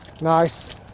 Nice